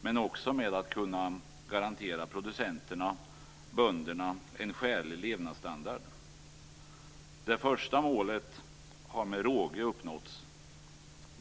men också med att kunna garantera producenterna - bönderna - en skälig levnadsstandard. Det första målet har med råge uppnåtts.